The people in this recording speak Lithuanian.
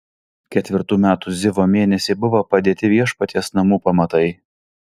ketvirtų metų zivo mėnesį buvo padėti viešpaties namų pamatai